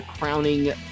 crowning